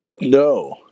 No